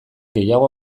gehiago